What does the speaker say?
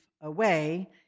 away